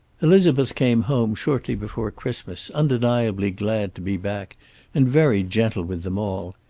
elizabeth came home shortly before christmas, undeniably glad to be back and very gentle with them all.